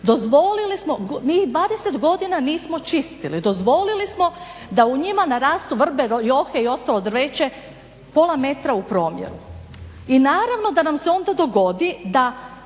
napravili mi 20 godina nismo čistili, dozvolili smo da u njima narastu vrbe, johe i ostalo drveće pola metra u promjeru i naravno da nam se onda dogodi da